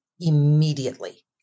immediately